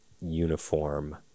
uniform